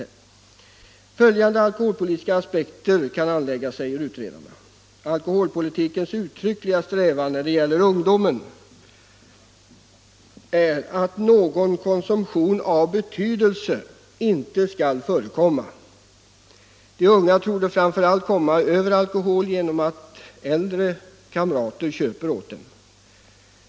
”Följande alkoholpolitiska aspekter kan anläggas. Alkoholpolitikens uttryckliga strävan när det gäller ungdomen är att någon konsumtion av betydelse inte skall förekomma. De unga torde framför allt komma över alkohol genom att äldre kamrater köper åt dem.